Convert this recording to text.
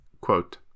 Quote